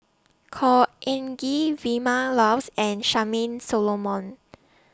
Khor Ean Ghee Vilma Laus and Charmaine Solomon